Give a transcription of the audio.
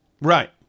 Right